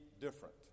different